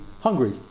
hungry